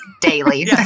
Daily